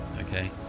Okay